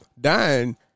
dying